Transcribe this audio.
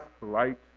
light